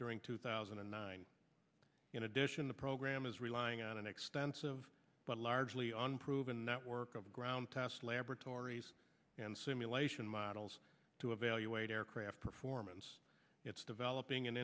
during two thousand and nine in addition the program is relying on an extensive but largely unproven network of ground test laboratories and simulation models to evaluate aircraft performance it's developing and